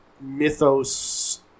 mythos